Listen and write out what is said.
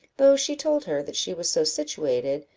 though she told her that she was so situated,